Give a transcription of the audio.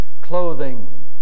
clothing